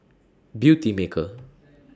Beautymaker